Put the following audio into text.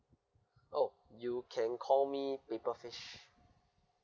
oh you can call me paper fish